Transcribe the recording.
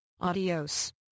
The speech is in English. Adios